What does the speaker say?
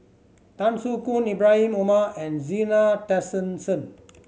Tan Soo Khoon Ibrahim Omar and Zena Tessensohn